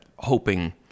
hoping